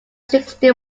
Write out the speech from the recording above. sixty